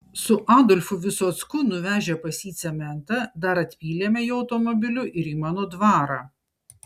su adolfu visocku nuvežę pas jį cementą dar atpylėme jo automobiliu ir į mano dvarą